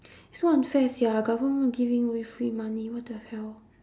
so unfair sia government giving away free money what the hell